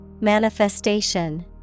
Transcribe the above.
Manifestation